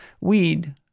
weed